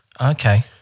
Okay